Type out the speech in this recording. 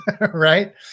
right